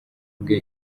bwe